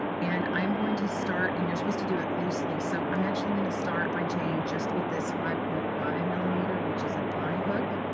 and i'm going to start, and you're supposed to do it loosely. so i'm actually going to start my chain just with this five point five millimeter, which is an eye hook,